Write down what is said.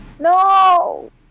No